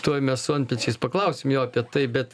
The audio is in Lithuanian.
tuoj mes su antpečiais paklausim jo apie tai bet